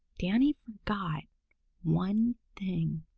danny forgot one thing.